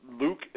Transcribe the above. Luke